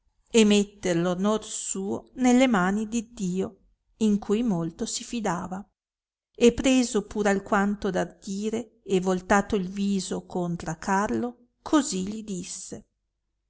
e metter onor suo nelle mani d iddio in cui molto si fidava e preso pur alquanto d ardire e voltato il viso contra a carlo così gli disse